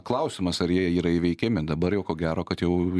klausimas ar jie yra įveikiami dabar jau ko gero kad jau